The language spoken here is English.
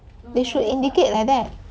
they should indicate like that